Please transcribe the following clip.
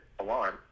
alarm